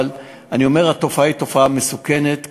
אבל אני אומר שהתופעה היא מסוכנת וקשה,